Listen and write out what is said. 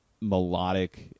melodic